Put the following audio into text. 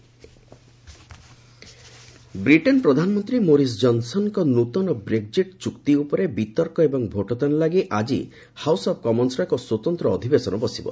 UK Brexit Britain ପ୍ରଧାନମନ୍ତ୍ରୀ Boris ଜନ୍ସନ୍ଙ୍କ ନୃତନ ବ୍ରେକ୍ଜିଟ୍ ଚୁକ୍ତି ଉପରେ ବିତର୍କ ଏବଂ ଭୋଟଦାନ ଲାଗି ଆଜି ହାଉସ୍ ଅଫ୍ କମନ୍ଦର ଏକ ସ୍ୱତନ୍ତ ଅଧିବେଶନ ବସିବ